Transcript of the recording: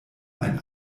ein